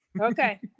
Okay